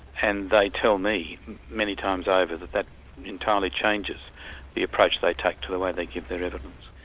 and they tell me many times over, that that entirely changes the approach they take to the way they give their evidence.